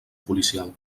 policial